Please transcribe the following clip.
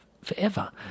forever